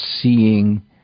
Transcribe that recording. seeing